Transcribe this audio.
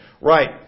right